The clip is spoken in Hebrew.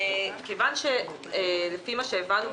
לפי מה שהבנו,